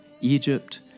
Egypt